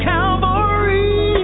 Calvary